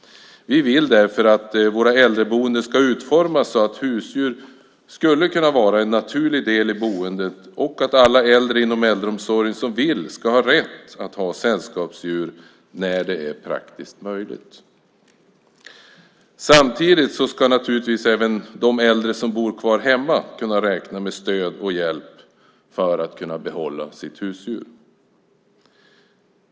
Vi vill därför att våra äldreboenden ska utformas så att husdjur skulle kunna vara en naturlig del i boendet och att alla äldre inom äldreomsorgen som vill ska ha rätt att ha sällskapsdjur när det är praktiskt möjligt. Samtidigt ska naturligtvis även de äldre som bor kvar hemma kunna räkna med stöd och hjälp för att kunna behålla sitt husdjur.